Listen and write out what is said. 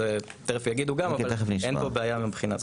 תיכף יגידו גם, אבל אין פה בעיה מהבחינה הזאת.